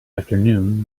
afternoon